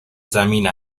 زمین